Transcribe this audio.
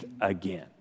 again